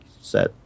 set